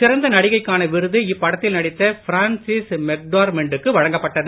சிறந்த நடிகைக்கான விருது இப்படத்தில் நடித்த பிரான்சிஸ் மெக்டார்மென்டுக்கு வழங்கப்பட்டது